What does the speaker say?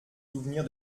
souvenir